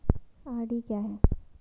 RD क्या है?